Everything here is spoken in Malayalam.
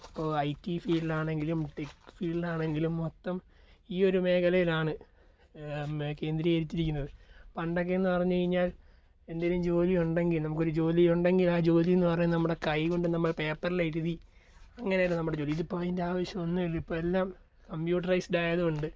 ഇപ്പോൾ ഐ ടി ഫീൽഡിലാണെങ്കിലും ടെക്ക് ഫീൽഡ് ആണെങ്കിലും മൊത്തം ഈ ഒരു മേഖലയിലാണ് മേ കേന്ദ്രീകരിച്ചിരിക്കുന്നത് പണ്ടൊക്കെ എന്ന് പറഞ്ഞു കഴിഞ്ഞാൽ എന്തെങ്കിലും ജോലി ഉണ്ടെങ്കിൽ നമുക്കൊരു ജോലി ഉണ്ടെങ്കിൽ ആ ജോലി എന്ന് പറയുന്നത് നമ്മുടെ കൈ കൊണ്ട് നമ്മൾ പേപ്പറിൽ എഴുതി അങ്ങനെയായിരുന്ന് നമ്മുടെ ജോലി ഇതിപ്പോൾ അതിൻ്റെ ആവശ്യം ഒന്നുമില്ല ഇപ്പം എല്ലാം കമ്പ്യൂട്ടറൈസ്ഡ് ആയതുകൊണ്ട്